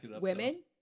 women